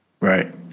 Right